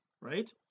right